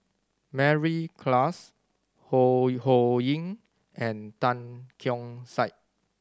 Mary Klass Ho Ho Ying and Tan Keong Saik